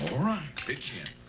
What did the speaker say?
pitch in.